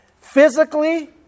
physically